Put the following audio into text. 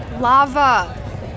lava